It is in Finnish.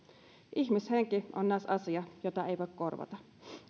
ihmishenki on näes asia jota ei voi korvata